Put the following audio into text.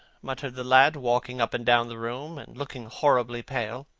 muttered the lad, walking up and down the room and looking horribly pale.